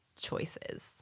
choices